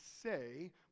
say